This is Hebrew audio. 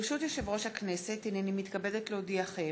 ברשות יושב-ראש הכנסת, הנני מתכבדת להודיעכם,